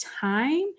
time